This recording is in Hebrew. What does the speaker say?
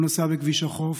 הוא נסע בכביש החוף,